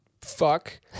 fuck